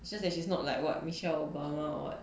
it's just that she's not like what michelle obama or [what]